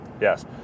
Yes